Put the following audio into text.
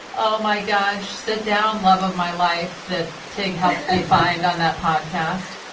oh, my gosh, sit down, love of my life that tig helped me find on that podcast.